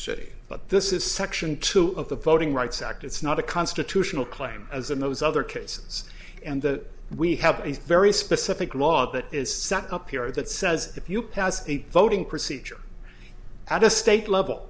city but this is section two so of the voting rights act it's not a constitutional claim as in those other cases and that we have a very specific law that is set up here that says if you pass a voting procedure at a state level